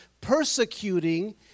persecuting